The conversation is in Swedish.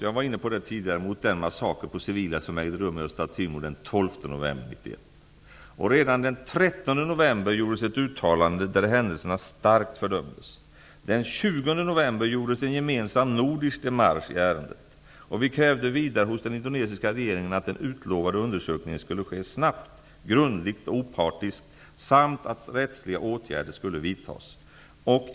Jag har tidigare sagt att Sverige reagerade kraftfullt mot den massaker på civila som ägde rum på Östra november gjordes ett uttalande där händelserna starkt fördömdes. Den 20 november gjordes en gemensam nordisk démarche i ärendet. Vi krävde vidare hos den indonesiska regeringen att den utlovade undersökningen skulle ske snabbt, grundligt och opartiskt samt att rättsliga åtgärder skulle vidtas.